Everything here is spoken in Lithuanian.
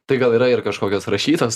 tai gal yra ir kažkokios rašytos